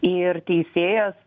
ir teisėjas